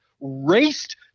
raced